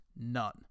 none